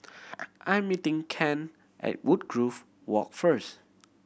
I'm meeting Kent at Woodgrove Walk first